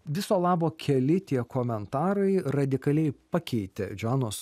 viso labo keli tie komentarai radikaliai pakeitė džoanos